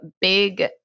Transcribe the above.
big